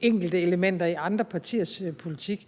enkeltelementer i andre partiers politik.